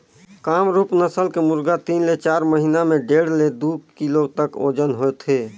कामरूप नसल के मुरगा तीन ले चार महिना में डेढ़ ले दू किलो तक ओजन होथे